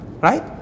right